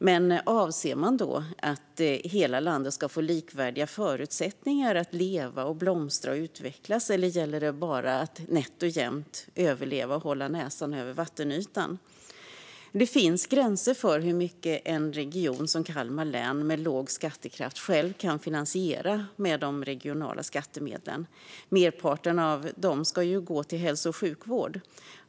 Men avser man då att hela landet ska få likvärdiga förutsättningar att leva, blomstra och utvecklas, eller gäller det bara att nätt och jämnt överleva och hålla näsan över vattenytan? Det finns gränser för hur mycket en region med låg skattekraft, som Kalmar län, själv kan finansiera med de regionala skattemedlen. Merparten av dessa ska ju gå till hälso och sjukvård.